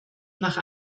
nach